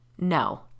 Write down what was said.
No